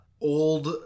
old